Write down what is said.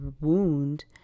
wound